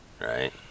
right